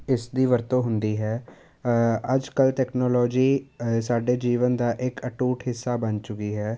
ਇਸ ਦੀ ਵਰਤੋਂ ਹੁੰਦੀ ਹੈ ਅੱਜ ਕੱਲ੍ਹ ਤੈਕਨੋਲੋਜੀ ਅ ਸਾਡੇ ਜੀਵਨ ਦਾ ਇੱਕ ਅਟੁੱਟ ਹਿੱਸਾ ਬਣ ਚੁੱਕੀ ਹੈ